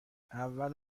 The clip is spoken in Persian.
اول